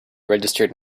registered